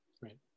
Right